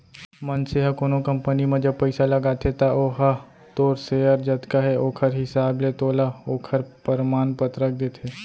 मनसे ह कोनो कंपनी म जब पइसा लगाथे त ओहा तोर सेयर जतका हे ओखर हिसाब ले तोला ओखर परमान पतरक देथे